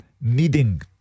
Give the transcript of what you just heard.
Needing